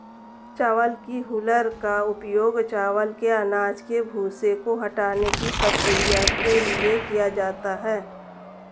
चावल की हूलर का उपयोग चावल के अनाज के भूसे को हटाने की प्रक्रिया के लिए किया जाता है